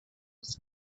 was